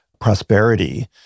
prosperity